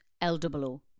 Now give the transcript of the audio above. L-double-O